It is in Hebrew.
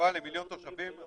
התחלואה למיליון תושבים.